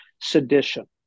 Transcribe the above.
sedition